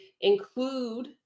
include